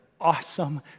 awesome